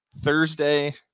Thursday